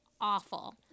awful